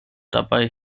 dabei